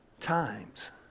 times